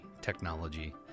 technology